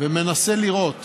ומנסה לראות